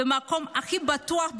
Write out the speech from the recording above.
מהמקום הכי בטוח,